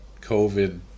COVID